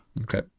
Okay